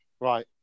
Right